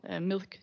milk